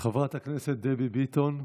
חברת הכנסת דבי ביטון,